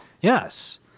Yes